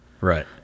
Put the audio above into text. Right